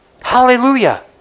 Hallelujah